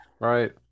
right